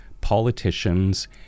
politicians